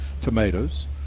tomatoes